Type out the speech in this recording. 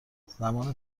زمان